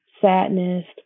sadness